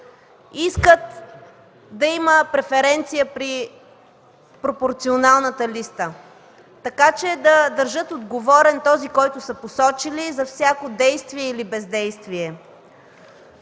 искат да има преференция при пропорционалната листа, така че да държат отговорен този, когото са посочили, за всяко действие или бездействие.